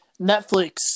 Netflix